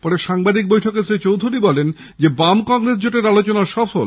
পরে সাংবাদিক বৈঠকে শ্রী চৌধুরী বলেন বাম কংগ্রেস জোটের আলোচনা সফল